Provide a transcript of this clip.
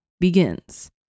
begins